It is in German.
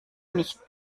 nicht